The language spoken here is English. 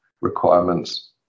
requirements